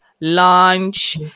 lunch